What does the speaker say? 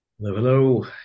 Hello